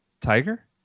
Tiger